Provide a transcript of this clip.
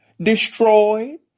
Destroyed